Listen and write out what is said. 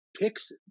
picks